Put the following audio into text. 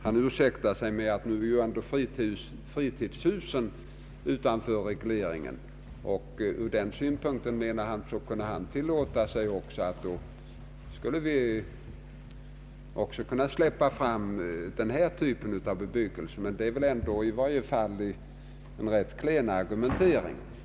Han ursäktar sig med att fritidshusen är utanför regleringen. Ur den synpunkten, menar han, skulle vi också kunna släppa fram bebyggelse av enfamiljshus. Men det är väl ändå en rätt klen argumentering.